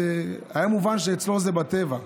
היה מובן שאצלו זה בטבע.